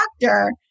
doctor